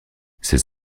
ces